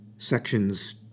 Sections